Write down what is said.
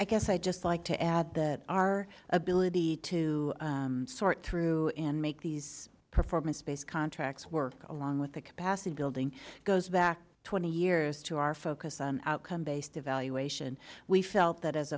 i guess i'd just like to add that our ability to sort through and make these performance based contracts work along with the capacity building goes back twenty years to our focus on outcome based evaluation we felt that as